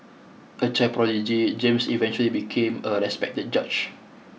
a child prodigy James eventually became a respected judge